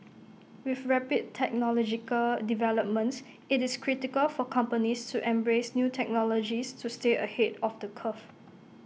with rapid technological developments IT is critical for companies to embrace new technologies to stay ahead of the curve